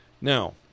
Now